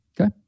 Okay